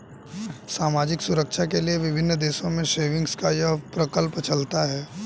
सामाजिक सुरक्षा के लिए विभिन्न देशों में सेविंग्स का यह प्रकल्प चलता है